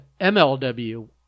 MLW